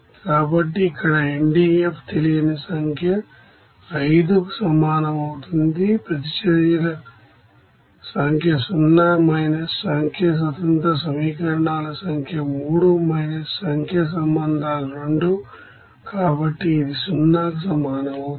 కాబట్టి ఇక్కడ NDF తెలియని సంఖ్య 5కు సమానం అవుతుంది ప్రతిచర్యల సంఖ్య 0 మైనస్ సంఖ్య ఇండిపెండెంట్ ఈక్వేషన్ సంఖ్య 3 మైనస్ సంఖ్య సంబంధాలు 2 కాబట్టి ఇది 0కి సమానం అవుతుంది